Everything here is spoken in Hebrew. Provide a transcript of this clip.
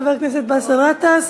חבר הכנסת באסל גטאס,